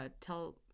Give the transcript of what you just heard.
tell